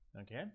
Okay